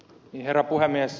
herra puhemies